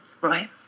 right